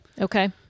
Okay